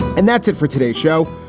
and that's it for today's show,